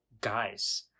guys